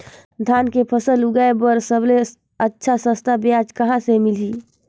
धान के फसल उगाई बार सबले अच्छा सस्ता ब्याज कहा ले मिलही?